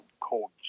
Cold